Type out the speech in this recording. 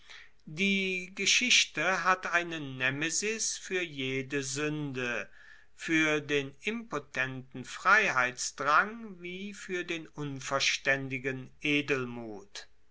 die geschichte hat eine nemesis fuer jede suende fuer den impotenten freiheitsdrang wie fuer den unverstaendigen edelmut